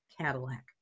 Cadillac